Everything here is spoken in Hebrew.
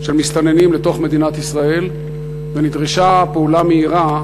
של מסתננים לתוך מדינת ישראל ונדרשה פעולה מהירה,